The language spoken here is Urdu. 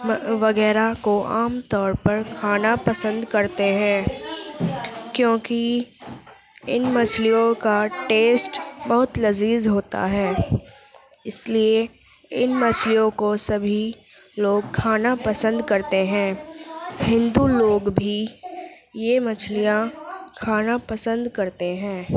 وغیرہ کو عام طور پر کھانا پسند کرتے ہیں کیوں کہ ان مچھلیوں کا ٹیسٹ بہت لذیذ ہوتا ہے اس لیے ان مچھلیوں کو سبھی لوگ کھانا پسند کرتے ہیں ہندو لوگ بھی یہ مچھلیاں کھانا پسند کرتے ہیں